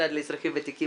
המשרד לאזרחים ותיקים,